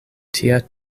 tia